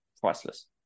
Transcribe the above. priceless